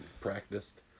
Practiced